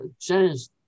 changed